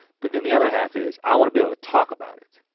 but then the other half is, i wanna be able to talk about it.